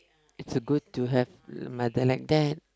is a good to have mother like that